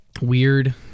weird